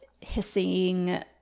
hissing